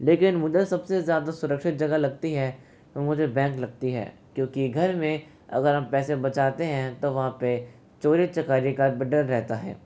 लेकिन मुझे सबसे ज़्यादा सुरक्षित जगह लगती है मुझे बैंक लगती है क्योंकि घर में अगर हम पैसे बचाते हैं तो वहाँ पर चोरी चकारी का डर रहता है